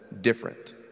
different